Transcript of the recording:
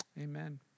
Amen